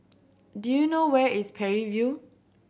do you know where is Parry View